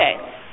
okay